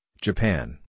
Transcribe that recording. Japan